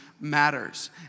matters